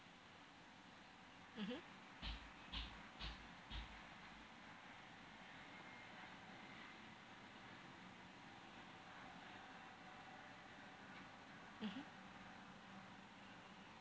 mmhmm mmhmm